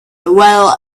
well